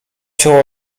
się